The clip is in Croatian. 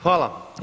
Hvala.